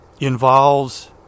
involves